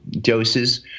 doses